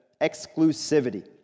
exclusivity